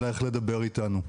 אלא איך לדבר איתנו.